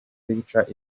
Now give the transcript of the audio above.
pictures